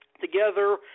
together